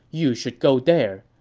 you should go there.